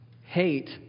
Hate